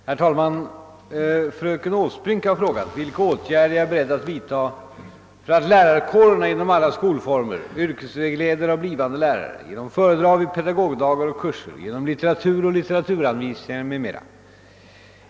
Herr talman! Fröken Åsbrink har frå gat vilka åtgärder jag är beredd att vidtaga för att lärarkårerna inom alla skolformer, yrkesvägledare och blivande lärare — genom föredrag vid pedagogdagar och kurser, genom litteratur och litteraturanvisningar etc.